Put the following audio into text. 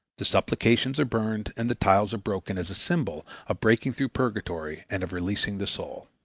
the supplications are burned and the tiles are broken as a symbol of breaking through purgatory and of releasing the soul.